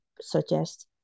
suggest